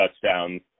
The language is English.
touchdowns